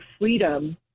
freedom